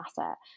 asset